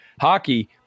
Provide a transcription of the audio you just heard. Hockey